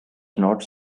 knots